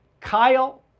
Kyle